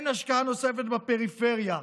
אין השקעה נוספת בפריפריה,